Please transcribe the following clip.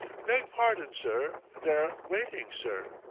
beg pardon, sir they're waiting, sir.